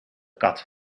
kat